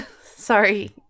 sorry